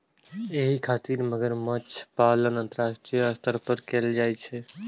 एहि खातिर मगरमच्छ पालन अंतरराष्ट्रीय स्तर पर कैल जाइ छै